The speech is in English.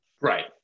Right